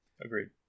Agreed